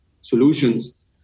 solutions